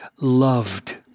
loved